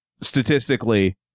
statistically